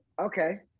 okay